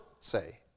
say